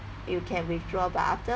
you can withdraw but after